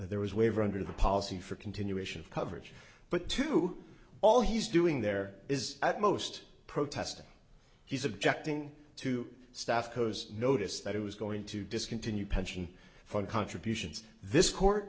there was waiver under the policy for continuation of coverage but to all he's doing there is at most protest he's objecting to stuff goes noticed that it was going to discontinue pension fund contributions this court